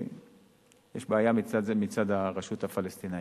יש בעיה מצד הרשות הפלסטינית.